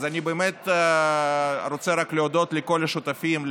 אז אני רוצה להודות לכל השותפים: